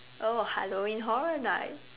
oh Halloween Horror Night